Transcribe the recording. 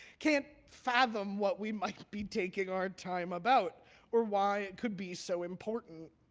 can't fathom what we might be taking our time about or why it could be so important.